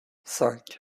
cinq